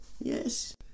Yes